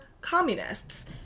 communists